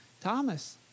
Thomas